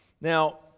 Now